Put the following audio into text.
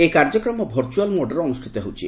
ଏହି କାର୍ଯ୍ୟକ୍ରମ ଭର୍ଚୁଆଲ ମୋଡରେ ଅନୁଷ୍ଠିତ ହୋଇଛି